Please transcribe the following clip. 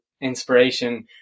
inspiration